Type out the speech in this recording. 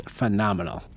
phenomenal